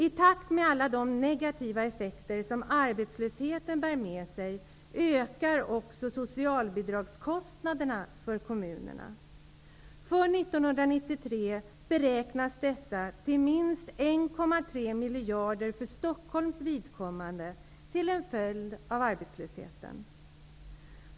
I takt med alla de negativa effekter som arbetslösheten bär med sig ökar också socialbidragskostnaderna för kommunerna. För 1993 beräknas dessa till minst 1,3 miljarder för Stockholms vidkommande, som en följd av arbetslösheten.